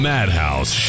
Madhouse